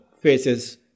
faces